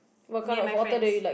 me and my friends